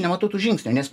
nematau tų žingsnių nes